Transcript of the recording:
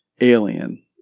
alien